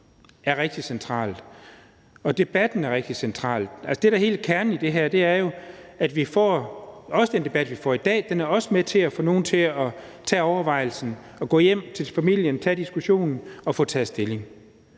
er rigtig centralt, og vi synes, at debatten er rigtig central. Altså, det, der er hele kernen i det her, er jo, at man får taget stilling, og den debat, vi har i dag, er også med til, at man kan gøre sig overvejelser og gå hjem til familien og tage diskussionen og få taget stilling.